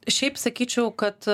šiaip sakyčiau kad